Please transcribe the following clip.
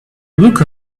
look